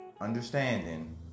Understanding